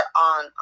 on